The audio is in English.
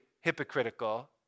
hypocritical